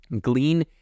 Glean